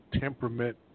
temperament